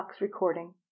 recording